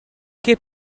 keep